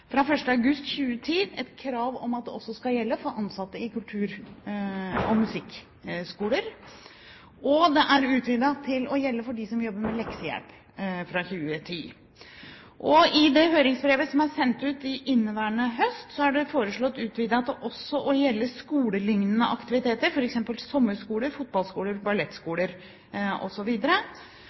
et krav om at det også skal gjelde for ansatte i kultur- og musikkskoler samt at det er utvidet til å gjelde for dem som jobber med leksehjelp. I det høringsbrevet som er sendt ut inneværende høst, er dette kravet foreslått utvidet til også å gjelde skolelignende aktiviteter, f.eks. sommerskoler, fotballskoler, ballettskoler